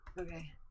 Okay